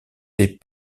des